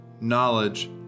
knowledge